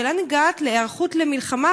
השאלה נוגעת להיערכות למלחמה,